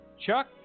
Chuck